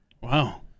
Wow